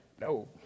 No